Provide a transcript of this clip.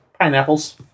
Pineapples